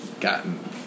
gotten